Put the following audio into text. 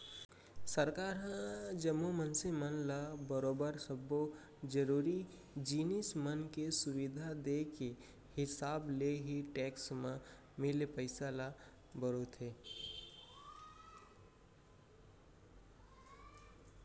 सरकार ह जम्मो मनसे मन ल बरोबर सब्बो जरुरी जिनिस मन के सुबिधा देय के हिसाब ले ही टेक्स म मिले पइसा ल बउरथे